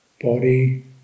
Body